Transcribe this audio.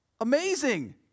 Amazing